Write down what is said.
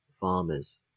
farmers